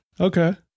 okay